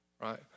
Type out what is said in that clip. right